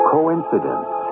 Coincidence